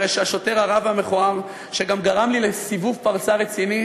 הרי השוטר הרע והמכוער שגם הוא גרם לי לסיבוב פרסה רציני